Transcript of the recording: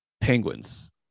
penguins